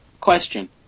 question